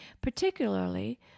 particularly